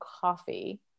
coffee